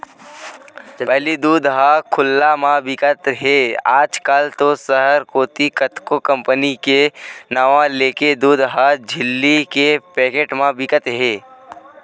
पहिली दूद ह खुल्ला म बिकत रिहिस हे आज कल तो सहर कोती कतको कंपनी के नांव लेके दूद ह झिल्ली के पैकेट म बिकत दिखथे